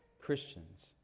Christians